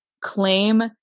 claim